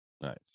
Nice